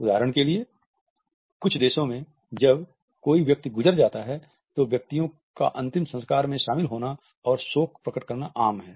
उदाहरण के लिए कुछ देशों में जब कोई व्यक्ति गुजर जाता है तो व्यक्तियों का अंतिम संस्कार में शामिल होना और शोक प्रकट करना आम है